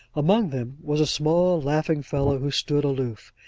among them was a small laughing fellow, who stood aloof,